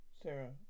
Sarah